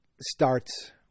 starts